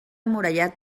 murallat